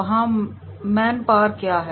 वहां manpower क्या है